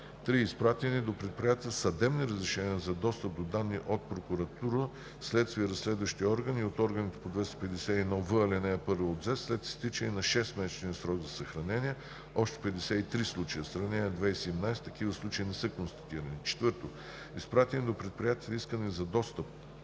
3. Изпратени до предприятията съдебни разрешения за достъп до данни от прокуратура, следствени и разследващи органи и от органите по чл. 251 в, ал. 1 от ЗЕС след изтичане на 6-месечния срок за съхранение – общо 53 случая. В сравнение с 2017 г. такива случаи не са констатирани. 4. Изпратени до предприятията искания за достъп